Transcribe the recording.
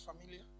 familiar